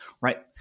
right